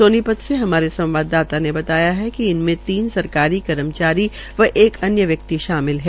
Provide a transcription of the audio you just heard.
सोनीपत से हमारे संवाददाता ने बताया कि इनमे तीन सरकारी कर्मचारी व एक अन्य व्यक्ति शामिल है